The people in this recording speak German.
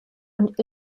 und